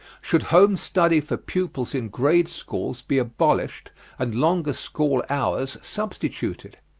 should home-study for pupils in grade schools be abolished and longer school-hours substituted?